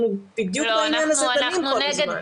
בדיוק בעניין הזה אנחנו דנים כל הזמן.